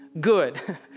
Good